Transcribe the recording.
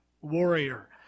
warrior